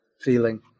feeling